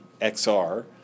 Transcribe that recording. XR